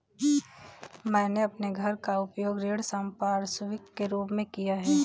मैंने अपने घर का उपयोग ऋण संपार्श्विक के रूप में किया है